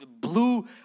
blue